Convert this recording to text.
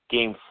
Game